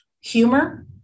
humor